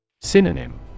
Synonym